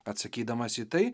atsakydamas į tai